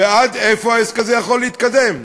עד איפה העסק הזה יכול להתקדם.